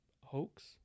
Hoax